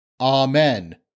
Amen